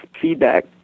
feedback